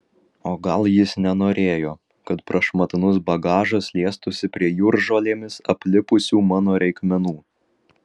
o gal jis nenorėjo kad prašmatnus bagažas liestųsi prie jūržolėmis aplipusių mano reikmenų